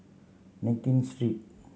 Nankin Street